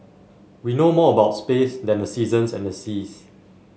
we know more about space than the seasons and the seas